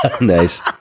Nice